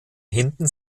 hinten